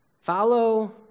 follow